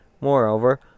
Moreover